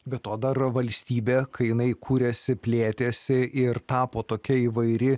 be to dar valstybė kai jinai kūrėsi plėtėsi ir tapo tokia įvairi